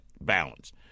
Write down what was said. balance